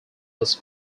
was